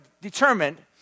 determined